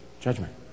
judgment